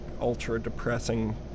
ultra-depressing